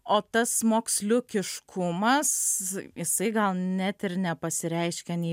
o tas moksliukiškumas jisai gal net ir nepasireiškė nei